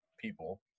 people